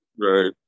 Right